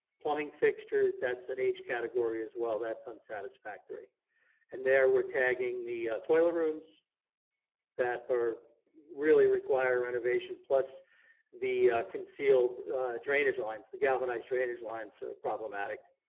plumbing fixtures that's an h category as well, that's unsatisfactory. and there were tagging the toilet rooms that really require renovation plus the concealed drainage lines, the galvanized drainage lines are problematic.